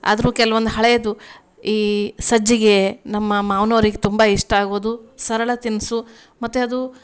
ಆದರೂ ಕೆಲ್ವೊಂದು ಹಳೇದು ಈ ಸಜ್ಜಿಗೆ ನಮ್ಮ ಮಾ ಮಾವನವ್ರಿಗೆ ತುಂಬ ಇಷ್ಟ ಆಗೋದು ಸರಳ ತಿನಿಸು ಮತ್ತು ಅದು